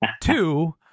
Two